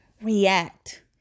react